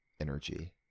energy